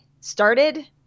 started